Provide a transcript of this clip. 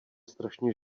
strašně